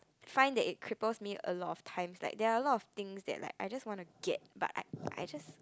find that it cripples me a lot of times like there are a lot of things that like I just want to get but I I just